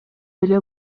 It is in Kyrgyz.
эле